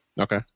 Okay